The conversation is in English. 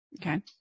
Okay